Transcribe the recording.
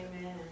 Amen